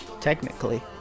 Technically